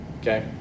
Okay